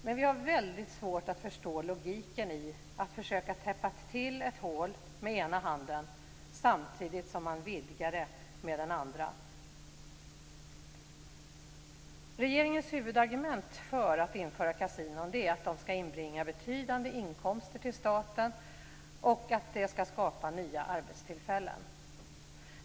Men vi har väldigt svårt att förstå logiken i att med ena handen försöka täppa till ett hål samtidigt som man med den andra vidgar det. Fru talman! Regeringens huvudargument för att införa kasinon är att de skall inbringa betydande inkomster till staten och att de skall skapa nya arbetstillfällen.